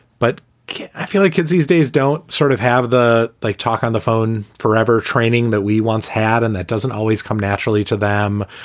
but i feel like kids these days don't sort of have the like talk on the phone forever training that we once had. and that doesn't always come naturally to them.